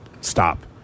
Stop